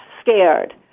scared